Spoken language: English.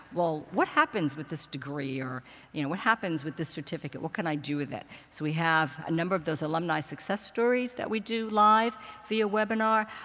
well, what happens with this degree? or you know what happens with this certificate? what can i do with it? so we have a number of those alumni success stories that we do live via webinar.